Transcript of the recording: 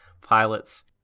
pilots